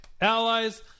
allies